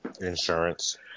Insurance